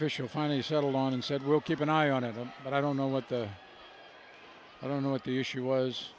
official finally settled on and said we'll keep an eye on it and but i don't know what the i don't know what the issue was